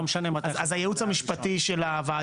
לא משנה מתי --- מה עמדת הייעוץ המשפטי של הוועדה?